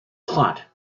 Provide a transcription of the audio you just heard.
hot